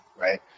right